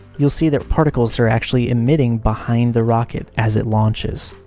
you'll see that particles are actually emitting behind the rocket as it launches.